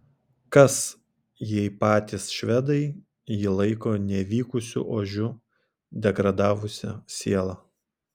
kas jei patys švedai jį laiko nevykusiu ožiu degradavusia siela